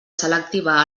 selectiva